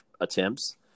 attempts